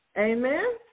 Amen